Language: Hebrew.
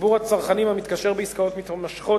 ציבור הצרכנים המתקשר בעסקאות מתמשכות